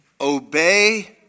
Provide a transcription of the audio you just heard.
obey